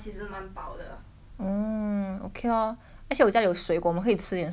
而且我家里有水果我们可以吃一点水果 also cause I thought you are dieting right ya I'm getting fat so it's time to go on a diet I can see